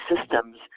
systems